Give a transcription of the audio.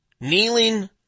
kneeling